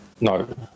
No